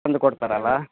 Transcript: ತಂದು ಕೊಡ್ತಾರಲ್ಲಾ